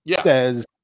says